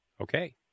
Okay